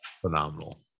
phenomenal